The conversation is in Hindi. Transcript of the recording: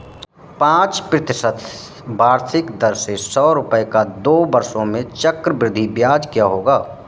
पाँच प्रतिशत वार्षिक दर से सौ रुपये का दो वर्षों में चक्रवृद्धि ब्याज क्या होगा?